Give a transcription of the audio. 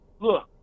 look